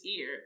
ear